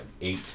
eight